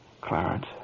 Clarence